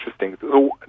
interesting